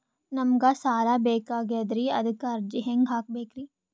ನಮಗ ಸಾಲ ಬೇಕಾಗ್ಯದ್ರಿ ಅದಕ್ಕ ಅರ್ಜಿ ಹೆಂಗ ಹಾಕಬೇಕ್ರಿ?